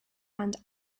and